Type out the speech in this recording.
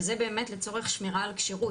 וזה באמת לצורך שמירה על כשירות,